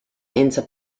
enter